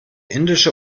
indische